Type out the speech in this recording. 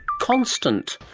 constant.